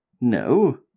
No